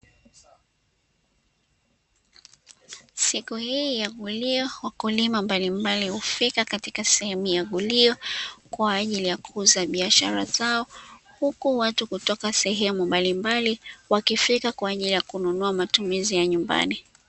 Siku hii ya gulio wakulima mbalimbali hufika katika sehemu ya gulio kwa ajili ya kuuza biashara zao, huku watu kutoka sehemu mbalimbali wakifika kwa ajili ya kununua matumizi ya nyumbani.